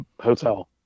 hotel